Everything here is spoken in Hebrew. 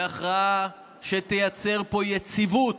היא הכרעה שתייצר פה יציבות.